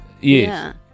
yes